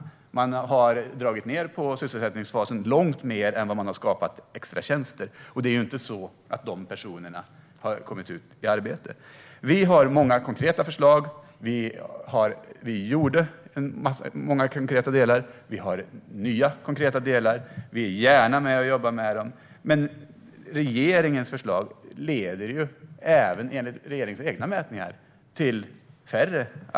Men man har dragit ned på sysselsättningsfasen långt mer än vad man har skapat extratjänster. Och det är inte så att de personerna har kommit i arbete. Vi har många konkreta förslag. Vi gjorde många konkreta delar och har nya konkreta delar. Vi är gärna med och jobbar med dem. Men regeringens förslag leder till färre arbetstillfällen, även enligt regeringens egna mätningar.